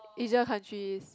Asia countries